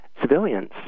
civilians